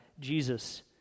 Jesus